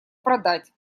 продать